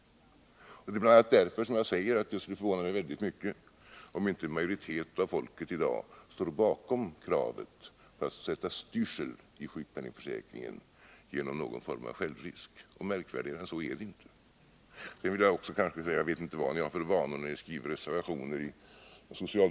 a. därför skulle det förvåna mig väldigt mycket om inte majoriteten av folket i dag står bakom kravet på att sätta styrsel i sjukpenningförsäkringen genom någon form av självrisk. Märkvärdigare än så är det inte. Jag vet inte vilka vanor ni i den socialdemokratiska gruppen har när ni skriver reservationer.